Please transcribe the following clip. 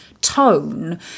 tone